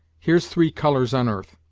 here's three colors on arth